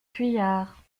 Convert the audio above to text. fuyards